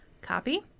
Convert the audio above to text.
copy